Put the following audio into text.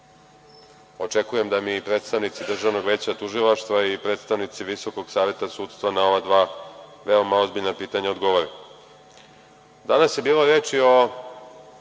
Očekujem da mi predstavnici Državnog veća tužilaštva i predstavnici Visokog saveta sudstva na ova dva, veoma ozbiljna pitanja odgovore. Danas je bilo reči o